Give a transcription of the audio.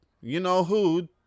you-know-who